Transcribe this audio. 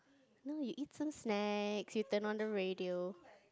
no you eat some snack you turn on the radio